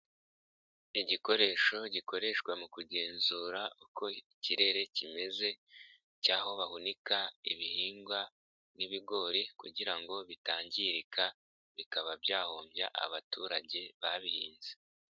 Igikoresho gikoreshwa mu kugenzura uko ikirere kimeze cy'aho bahunika ibihingwa n'ibigori kugira ngo bitangirika bikaba byahombya abaturage babihinze.